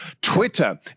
Twitter